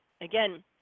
Again